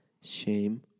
shame